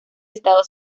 estado